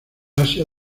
asia